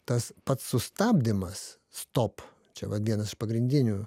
tas pats sustabdymas stop čia vat vienas iš pagrindinių